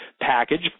package